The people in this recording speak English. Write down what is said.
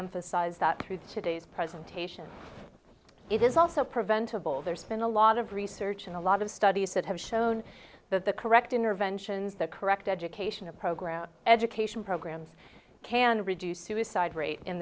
emphasize that through today's presentation it is also preventable there's been a lot of research and a lot of studies that have shown that the correct interventions the correct educational program education programs can reduce suicide rate in